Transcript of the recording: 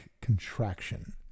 contraction